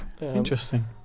Interesting